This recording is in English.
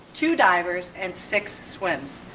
two divers and six swims.